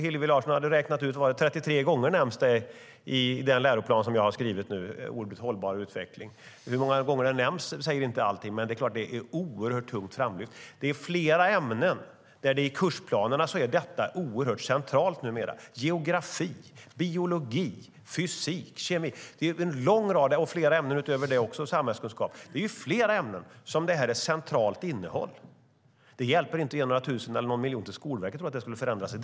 Hillevi Larsson hade räknat ut att termen "hållbar utveckling" nämns 33 gånger i den läroplan som jag har skrivit. Hur många gånger det nämns säger inte allt, men det är klart att det är framlyft oerhört tungt. I flera ämnen är detta numera oerhört centralt i kursplanerna. Det gäller geografi, biologi, fysik, kemi och en lång rad andra ämnen utöver det, som samhällskunskap. Det är i flera ämnen som detta är ett centralt innehåll. Det hjälper inte att ge några tusen eller någon miljon till Skolverket och tro att det skulle förändra något.